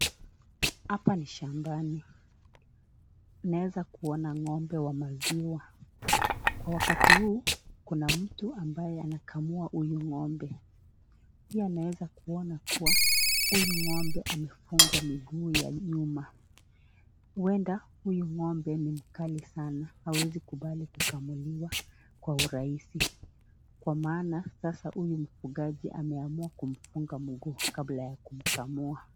Hapa ni shambani. Naweza Kuona ng'ombe Wa maziwa . Kwa wakati huu Kuna mtu ambaye anakamua huyu ng'ombe. Pia naweza Kuona kuwa huyu ng'ombe amefungwa miguu ya nyuma. Huenda huyu ng'ombe ni mkali sana hawezi kubali kikamuliwa kwa hurahisi , kwa maana sasa huyu mfugaji ameamua kumfungwa mguu kabla ya kumkamua.